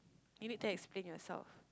you need to explain yourself